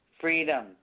Freedom